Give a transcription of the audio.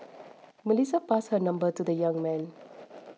Melissa passed her number to the young man